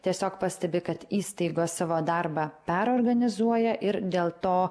tiesiog pastebi kad įstaigos savo darbą perorganizuoja ir dėl to